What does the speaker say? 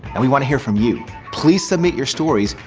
and we wanna hear from you. please submit your stories.